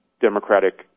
Democratic